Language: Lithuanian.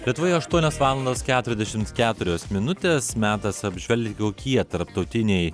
lietuvoje aštuonios valandos keturiasdešim keturios minutės metas apžvelgti kokie tarptautiniai